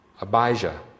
Abijah